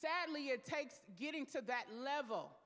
sadly it takes getting to that level